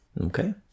Okay